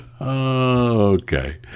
Okay